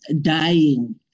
dying